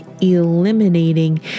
eliminating